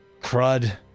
crud